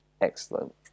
Excellent